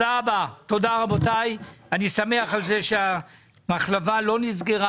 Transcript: אני שמח על זה שהמחלבה לא נסגרה,